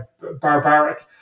barbaric